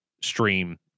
stream